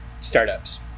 startups